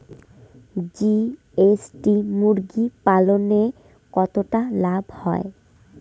GST মুরগি পালনে কতটা লাভ হয়?